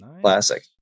Classic